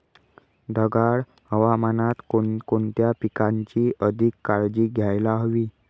ढगाळ हवामानात कोणकोणत्या पिकांची अधिक काळजी घ्यायला हवी?